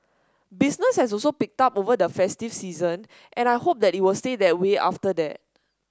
business has also picked up over the festive season and I hope that it will stay that way after that